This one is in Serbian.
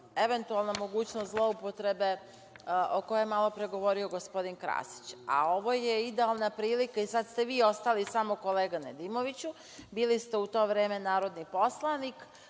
eventualna mogućnost zloupotrebe o kojoj je malopre govorio gospodin Krasić. A ovo je idealna prilika, i sada ste vi ostali samo, kolega Nedimoviću. Bili ste u to vreme narodni poslanik